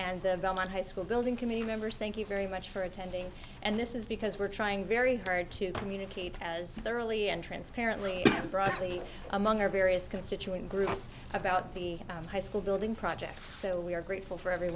and the belmont high school building committee members thank you very much for attending and this is because we're trying very hard to communicate as thoroughly and transparently broadly among our various constituent groups about the high school building project so we are grateful for every